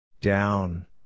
Down